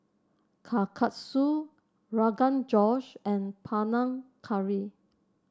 Kalguksu Rogan Josh and Panang Curry